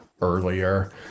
earlier